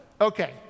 Okay